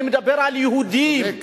אני מדבר על יהודים.